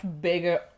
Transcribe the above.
bigger